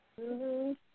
-hmm